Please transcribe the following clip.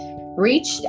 reached